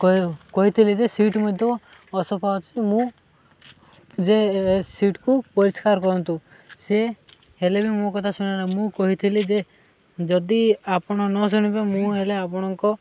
କଇ କହିଥିଲି ଯେ ସିଟ୍ ମଧ୍ୟ ଅସଫା ଅଛି ମୁଁ ଯେ ଏ ସିଟ୍କୁ ପରିଷ୍କାର କରନ୍ତୁ ସେ ହେଲେ ବି ମୋ କଥା ଶୁଣିଲାନି ମୁଁ କହିଥିଲି ଯେ ଯଦି ଆପଣ ନ ଶୁଣିବେ ମୁଁ ହେଲେ ଆପଣଙ୍କ